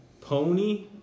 Pony